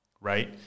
right